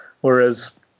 Whereas